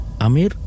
Amir